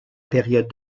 période